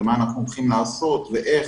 מה אנחנו הולכים לעשות ואיך.